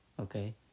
Okay